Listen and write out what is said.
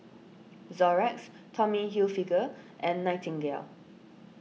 Xorex Tommy Hilfiger and Nightingale